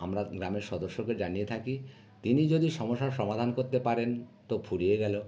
আমরা গ্রামের সদস্যকে জানিয়ে থাকি তিনি যদি সমস্যার সমাধান করতে পারেন তো ফুরিয়ে গেলো